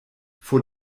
vor